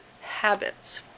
habits